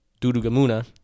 Dudugamuna